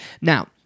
Now